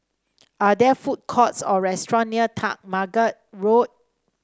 are there food courts or restaurant near MacTaggart Road